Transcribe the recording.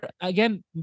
again